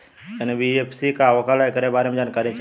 NBFC का होला ऐकरा बारे मे जानकारी चाही?